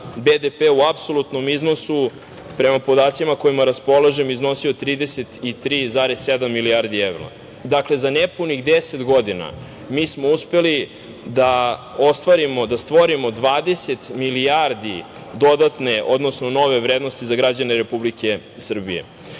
BDP u apsolutnom iznosu, prema podacima kojima raspolažem, iznosio 33,7 miliona evra. Dakle, za nepunih 10 godina mi smo uspeli da ostvarimo, stvorimo 20 milijardi dodatne, odnosno nove vrednosti za građane Republike Srbije.